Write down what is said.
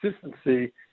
consistency